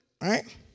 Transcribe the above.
right